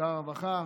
שר הרווחה,